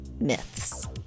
myths